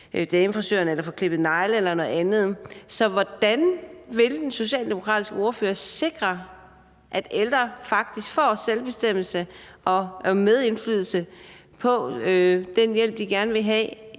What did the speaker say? damefrisør, få klippet negle eller noget andet. Så hvordan vil den socialdemokratiske ordfører sikre, at ældre faktisk får selvbestemmelse og medindflydelse på den hjælp, de gerne vil have?